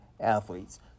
athletes